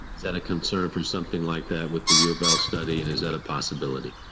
that a concern for something like that with the u of l study? and is that a possibility?